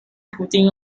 putting